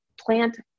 plant